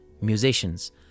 musicians